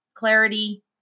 Clarity